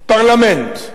פרלמנט,